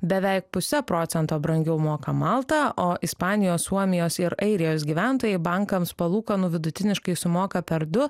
beveik puse procento brangiau moka malta o ispanijos suomijos ir airijos gyventojai bankams palūkanų vidutiniškai sumoka per du